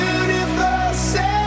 universe